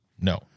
no